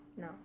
No